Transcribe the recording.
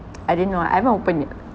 I didn't know I haven't opened yet